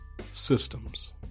systems